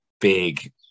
big